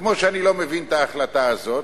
כמו שאני לא מבין את ההחלטה הזאת,